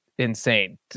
Insane